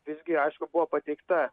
visgi aišku buvo pateikta